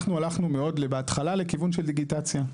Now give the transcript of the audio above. אנחנו הולכנו מאוד בהתחלה לכיוון של דיגיטציה.